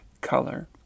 color